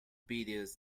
videos